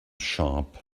sharp